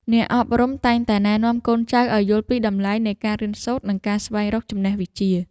អ្នកអប់រំតែងតែណែនាំកូនចៅឱ្យយល់ពីតម្លៃនៃការរៀនសូត្រ និងការស្វែងរកចំណេះវិជ្ជា។